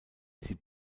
sie